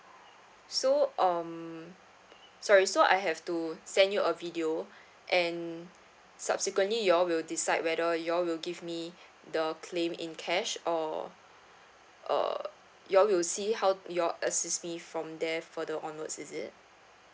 so um sorry so I have to send you a video and subsequently you all will decide whether you all will give me the claim in cash or uh you all will see how you all assist me from there further onwards is it